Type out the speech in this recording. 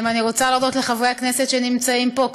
אני רוצה להודות לחברי הכנסת שנמצאים פה.